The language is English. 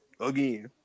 again